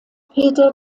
peter